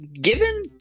given